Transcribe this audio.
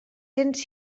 cents